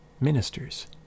ministers